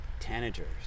tanagers